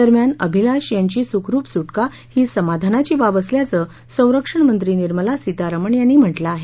दरम्यान अभिलाष यांची सुखरूप सुटका ही समाधानाची बाब असल्याचं संरक्षणमंत्री निर्मला सीतारमण यांनी म्हटंल आहे